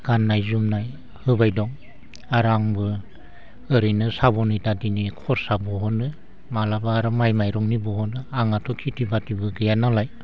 गाननाय जुमनाय होबाय दं आरो आंबो ओरैनो साबन इथादिनि खरसा बहनो माब्लाबा आरो माइ माइरंनि बहनो आंहाथ' खिथि बाथिबो गैया नालाय